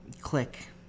click